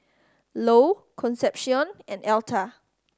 Lou Concepcion and Elta